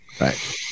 right